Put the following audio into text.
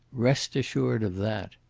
rest assured of that!